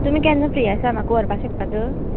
तुमी केन्ना फ्री आसा म्हाका व्हरपा शकतात